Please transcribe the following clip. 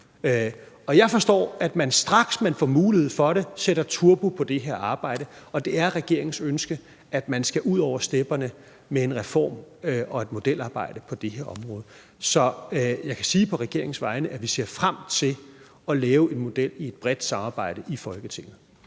og jeg forstår, at man, straks man får mulighed for det, sætter turbo på det her arbejde, og det er regeringens ønske, at man skal ud over stepperne med en reform og et modelarbejde på det her område. Så jeg kan sige på regeringens vegne, at vi ser frem til at lave en model i et bredt samarbejde i Folketinget.